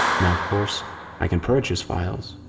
now of course i can purge his files,